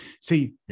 See